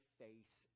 face